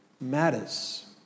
matters